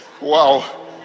wow